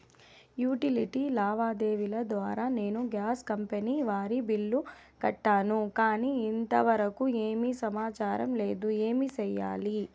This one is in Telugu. యుటిలిటీ లావాదేవీల ద్వారా నేను గ్యాస్ కంపెని వారి బిల్లు కట్టాను కానీ ఇంతవరకు ఏమి సమాచారం లేదు, ఏమి సెయ్యాలి?